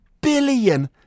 billion